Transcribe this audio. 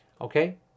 Okay